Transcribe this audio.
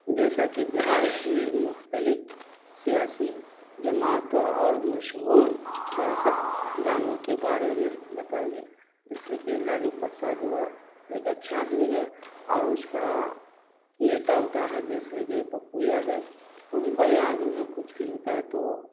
جیسا کہ بہار کی مختلف سیاسی جماعتوں اور مشہور سیاستدانوں کے بارے میں بتائیے جیسے کہ لالو پرساد ہوا ایک اچھا آدمی ہے اور اس کا نیتا ووتا ہے جیسے کہ پپو یادو وہ بھی بڑھیاں آدمی ہے کچھ بھی ہوتا ہے تو